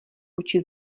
oči